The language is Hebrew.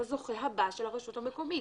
הזוכה הבא של הרשות המקומית,